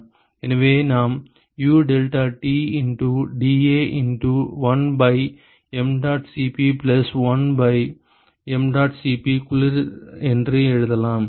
எனவே நாம் U delta T into dA into 1 by mdot Cp plus 1 by mdot Cp குளிர் என்று எழுதலாம்